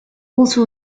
also